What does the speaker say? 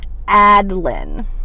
Adlin